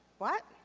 what?